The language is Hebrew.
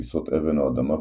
פיסות אבן או אדמה,